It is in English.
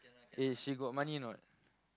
eh she got money or not